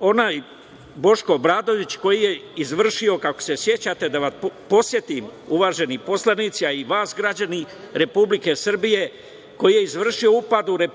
onaj Boško Obradović koji je izvršio, kako se sećate, da vas podsetim uvaženi poslanici, a i vas građani Republike Srbije, koji je izvršio upad u RIK